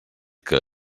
que